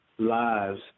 lives